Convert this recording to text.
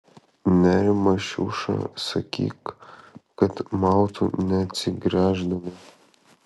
nerimo šiuša sakyk kad mautų neatsigręždami